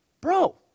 bro